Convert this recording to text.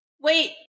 Wait